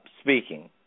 speaking